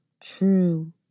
true